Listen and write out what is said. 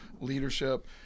leadership